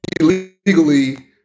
illegally